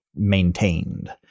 maintained